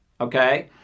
Okay